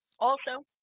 also,